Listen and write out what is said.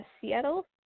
Seattle